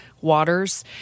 waters